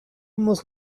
muss